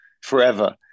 forever